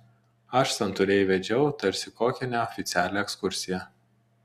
aš santūriai vedžiau tarsi kokią neoficialią ekskursiją